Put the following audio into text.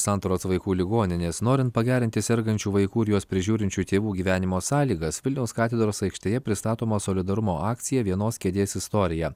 santaros vaikų ligoninės norint pagerinti sergančių vaikų ir juos prižiūrinčių tėvų gyvenimo sąlygas vilniaus katedros aikštėje pristatoma solidarumo akcija vienos kėdės istorija